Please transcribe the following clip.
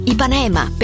Ipanema